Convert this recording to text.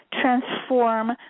transform